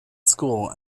school